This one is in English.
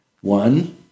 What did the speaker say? One